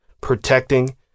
protecting